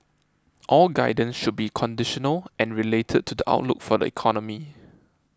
all guidance should be conditional and related to the outlook for the economy